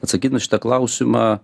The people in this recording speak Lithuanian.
atsakyt nu šitą klausimą